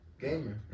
Gamer